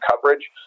coverage